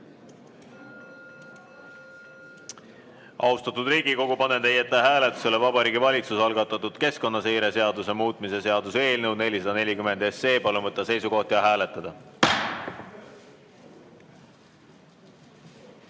Austatud Riigikogu, panen teie ette hääletusele Vabariigi Valitsuse algatatud keskkonnaseire seaduse muutmise seaduse eelnõu 440. Palun võtta seisukoht ja hääletada!